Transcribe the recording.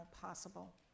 possible